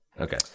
Okay